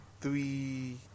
three